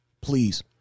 Please